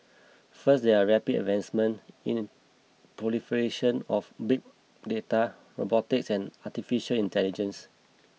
first there are rapid advancement in proliferation of big data robotics and Artificial Intelligence